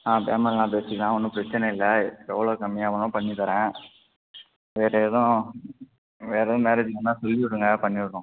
ஆ payment எல்லாம் பேசிக்கலாம் ஒன்றும் பிரச்சனை இல்லை எவ்வளவு கம்மியாக வேணாலும் பண்ணி தரேன் வேறு எதுவும் வேறு எதுவும் மேரேஜ் இருந்தால் சொல்லி விடுங்க பண்ணிவிட்றோம்